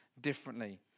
differently